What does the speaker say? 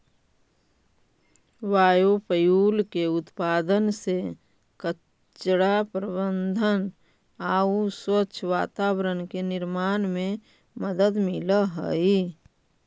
biofuel के उत्पादन से कचरा प्रबन्धन आउ स्वच्छ वातावरण के निर्माण में मदद मिलऽ हई